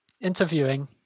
Interviewing